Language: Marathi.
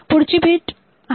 पुढची बीट PCON